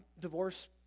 divorce